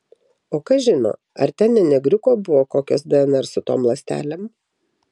o kas žino ar ten ne negriuko buvo kokios dnr su tom ląstelėm